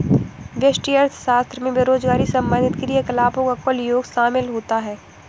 व्यष्टि अर्थशास्त्र में बेरोजगारी से संबंधित क्रियाकलापों का कुल योग शामिल होता है